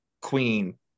Queen